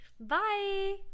Bye